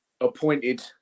appointed